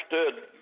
understood